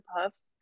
Puffs